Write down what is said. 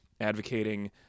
advocating